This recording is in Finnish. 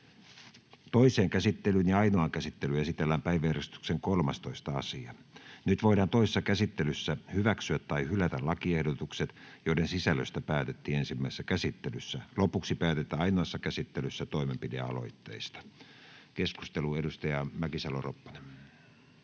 Toiseen käsittelyyn ja ainoaan käsittelyyn esitellään päiväjärjestyksen 13. asia. Nyt voidaan toisessa käsittelyssä hyväksyä tai hylätä lakiehdotukset, joiden sisällöstä päätettiin ensimmäisessä käsittelyssä. Lopuksi päätetään ainoassa käsittelyssä toimenpidealoitteista. — Keskustelu, edustaja Mäkisalo-Ropponen.